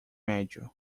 médio